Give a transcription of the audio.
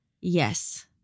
Yes